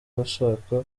bashaka